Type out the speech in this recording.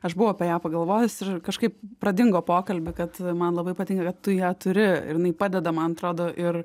aš buvau apie ją pagalvojus ir kažkaip pradingo pokalby kad man labai patinka tu ją turi ir jinai padeda man atrodo ir